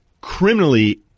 criminally